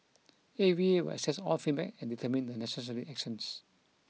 A V A will assess all feedback and determine the necessary actions